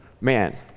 man